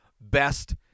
Best